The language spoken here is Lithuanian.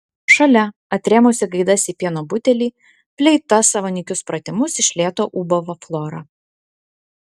šalia atrėmusi gaidas į pieno butelį fleita savo nykius pratimus iš lėto ūbavo flora